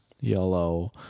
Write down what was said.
Yellow